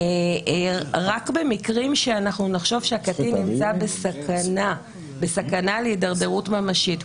רק במקרים שאנחנו נחשוב שהקטין נמצא בסכנה להידרדרות ממשית,